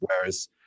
Whereas